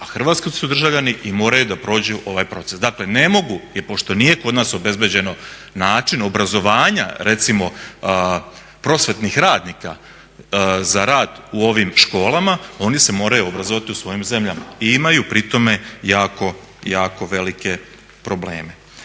hrvatski su državljani i moraju da prođu ovaj proces. Dakle, ne mogu, jer pošto nije kod nas obezbeđeno način obrazovanja recimo prosvetnih radnika za rad u ovim školama, oni se moraju obrazovati u svojim zemljama i imaju pri tome jako velike probleme.